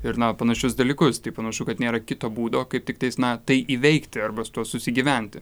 ir na panašius dalykus tai panašu kad nėra kito būdo kaip tiktais na tai įveikti arba su tuo susigyventi